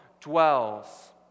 dwells